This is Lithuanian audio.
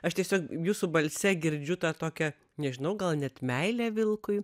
aš tiesiog jūsų balse girdžiu tą tokią nežinau gal net meilę vilkui